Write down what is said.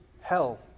hell